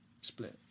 split